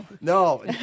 No